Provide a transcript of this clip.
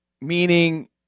meaning